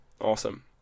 awesome